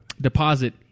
deposit